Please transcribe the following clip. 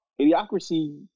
idiocracy